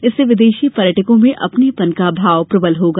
इससे विदेशी पर्यटकों में अपनेपन का भाव प्रबल होगा